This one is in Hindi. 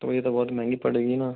तो ये तो बहुत महंगी पड़ेगी ना